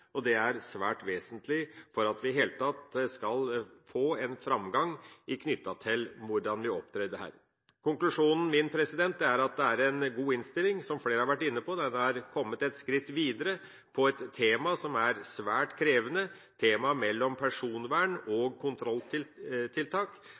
forebyggende. Det er svært vesentlig for at vi i det hele tatt skal få en framgang knyttet til hvordan vi har opptrådt her. Konklusjonen min er at det er en god innstilling, noe flere har vært inne på. En har kommet et skritt videre på et tema som er svært krevende, temaet om personvern